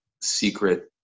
secret